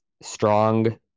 strong